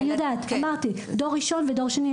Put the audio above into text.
אני יודעת, אמרתי, דור ראשון ודור שני.